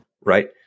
right